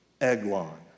Eglon